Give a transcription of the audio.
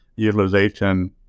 Utilization